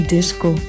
Disco